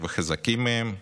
חזקים מהם,